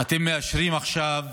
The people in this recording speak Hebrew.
אתם מאשרים עכשיו,